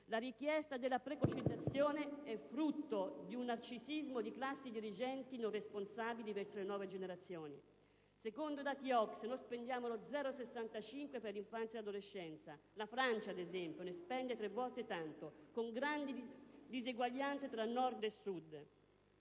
La richiesta della precocizzazione è frutto di un narcisismo di classi dirigenti non responsabili verso le nuove generazioni. Secondo i dati OCSE noi spendiamo lo 0,65 per cento per l'infanzia e l'adolescenza (la Francia, ad esempio, ne spende tre volte tanto), con grandi diseguaglianze tra Nord e Sud.